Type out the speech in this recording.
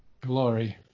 glory